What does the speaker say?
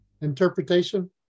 Interpretation